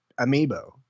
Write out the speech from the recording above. Amiibo